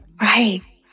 Right